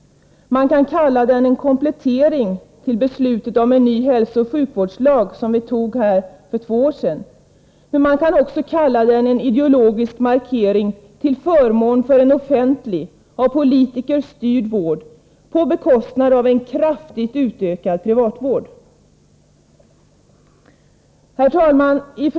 Man kan kalla den en komplettering till beslutet om en ny hälsooch sjukvårdslag, som vi fattade för två år sedan. Men man kan också kalla den en ideologisk markering till förmån för en offentlig, av politiker styrd vård, på bekostnad av en kraftigt utökad privat vård. Herr talman!